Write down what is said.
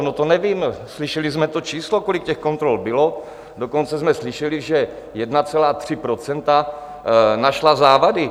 No, to nevím, slyšeli jsme to číslo, kolik těch kontrol bylo, dokonce jsme slyšeli, že 1,3 % našla závady.